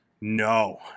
no